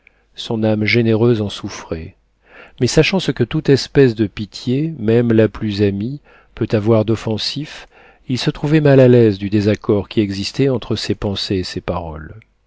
son âme généreuse en souffrait mais sachant ce que toute espèce de pitié même la plus amie peut avoir d'offensif il se trouvait mal à l'aise du désaccord qui existait entre ses pensées et ses paroles